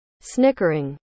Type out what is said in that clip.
Snickering